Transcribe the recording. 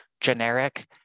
generic